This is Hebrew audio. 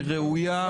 היא ראויה.